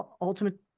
Ultimate